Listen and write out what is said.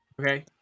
Okay